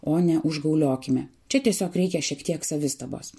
o ne užgauliokime čia tiesiog reikia šiek tiek savistabos